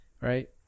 right